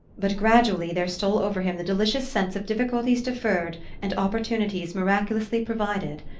but gradually there stole over him the delicious sense of difficulties deferred and opportunities miraculously provided.